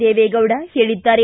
ದೇವೇಗೌಡ ಹೇಳಿದ್ದಾರೆ